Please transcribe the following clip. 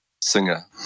singer